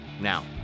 now